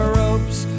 ropes